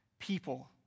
people